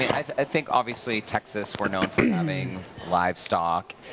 i think obviously texas we're known for having livestock.